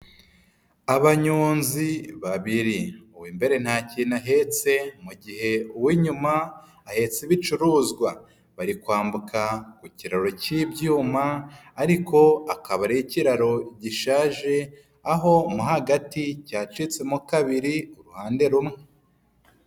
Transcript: Abanyonzi babiri, uw'imbere nta kintu ahetse, mu gihe uw'inyuma ahetse ibicuruzwa. Bari kwambuka ku kiraro cy'ibyuma ariko akaba ari ikiraro gishaje, aho mo hagati cyacitsemo kabiri uruhande rumwe.